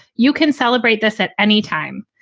you can celebrate this at anytime.